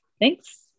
Thanks